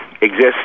exists